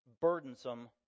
burdensome